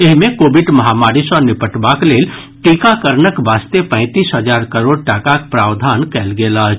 एहि मे कोविड महामारी सॅ निपटबाक लेल टीकाकरणक वास्ते पैंतीस हजार करोड़ टाकाक प्रावधान कयल गेल अछि